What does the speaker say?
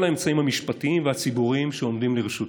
האמצעים המשפטיים והציבוריים שעומדים לרשותו.